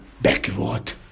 backward